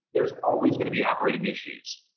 there's always going to be operating issues,